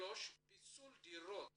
כמה דירות